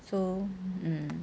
so hmm